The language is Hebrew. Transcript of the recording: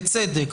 בצדק,